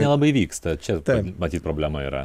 nelabai vyksta čia ta matyt problema yra